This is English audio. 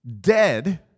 dead